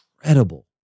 incredible